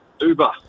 Uber